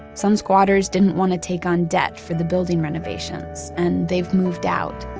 some squatters didn't want to take on debt for the building renovations and they've moved out,